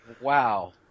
Wow